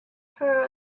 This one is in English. her